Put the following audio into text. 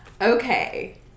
Okay